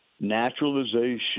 naturalization